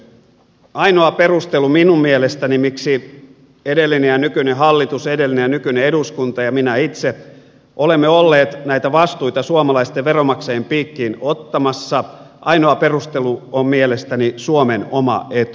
minun mielestäni ainoa perustelu miksi edellinen ja nykyinen hallitus ja edellinen ja nykyinen eduskunta ja minä itse olemme olleet näitä vastuita suomalaisten veronmaksajien piikkiin ottamassa on suomen oma etu